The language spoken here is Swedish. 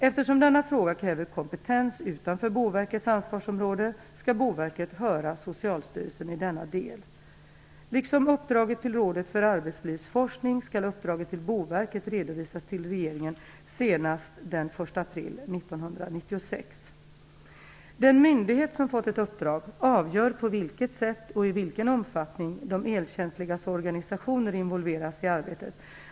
Eftersom denna fråga kräver kompetens utanför Boverkets ansvarsområde, skall Boverket höra Liksom uppdraget till Rådet för arbetslivsforskning, skall uppdraget till Boverket redovisas till regeringen senast den 1 april 1996. Den myndighet som fått ett uppdrag avgör på vilket sätt och i vilken omfattning de elkänsligas organisationer involveras i arbetet.